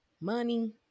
money